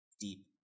Deep